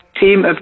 team